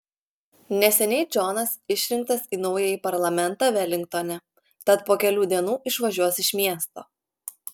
neseniai džonas išrinktas į naująjį parlamentą velingtone tad po kelių dienų išvažiuos iš miesto